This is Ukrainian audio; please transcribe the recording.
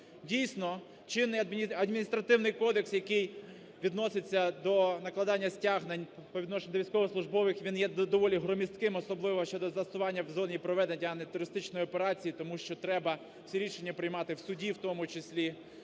Дійсно, чинний Адміністративний кодекс, який відноситься до накладання стягнень по відношенню до військовослужбовців, він є доволі громіздким, особливо щодо застосування в зоні проведення антитерористичної операції. Тому що треба всі рішення приймати в суді, в тому числі